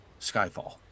Skyfall